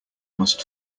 must